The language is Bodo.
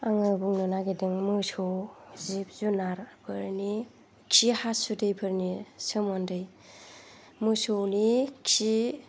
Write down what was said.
आङो बुंनो नागिरदों मोसौ जिब जुनारफोरनि खि हासुदैफोरनि सोमोन्दै मोसौनि खि